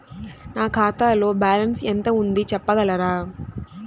నా ఖాతాలో బ్యాలన్స్ ఎంత ఉంది చెప్పగలరా?